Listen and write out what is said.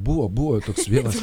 buvo buvo toks vienas